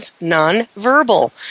Non-verbal